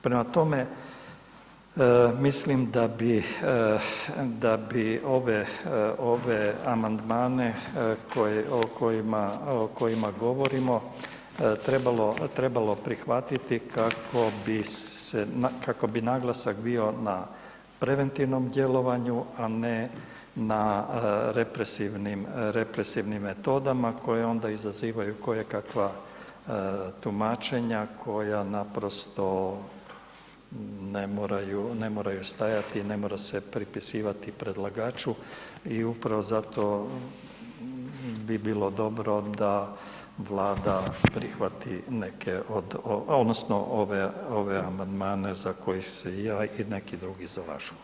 Prema tome, mislim da bi ove amandmane o kojima govorimo trebalo prihvatiti kako bi naglasak na preventivnom djelovanju a ne na represivnim metodama koje onda izazivaju kojekakva tumačenja koja naprosto ne moraju stajati, ne mora se pripisivati predlagaču i upravo zato bi bilo dobro da Vlada prihvati neke od odnosno ove amandmane za koje se ja i neki drugi zalažu.